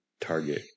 Target